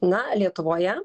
na lietuvoje